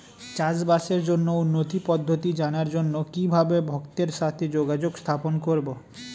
চাষবাসের জন্য উন্নতি পদ্ধতি জানার জন্য কিভাবে ভক্তের সাথে যোগাযোগ স্থাপন করব?